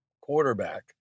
quarterback